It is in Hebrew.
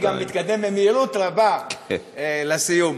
מתקדם במהירות רבה לסיום.